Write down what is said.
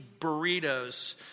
burritos